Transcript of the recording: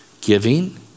Giving